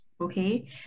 okay